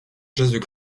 jésus